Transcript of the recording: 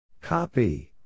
Copy